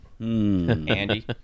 Andy